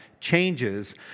changes